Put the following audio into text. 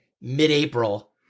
mid-April